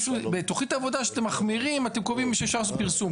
בתכנית העבודה שאתם מחמירים אתם קובעים שאפשר לעשות פרסום.